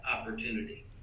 opportunity